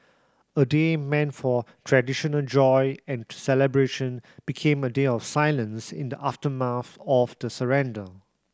a day meant for traditional joy and celebration became a day of silence in the aftermath of the surrender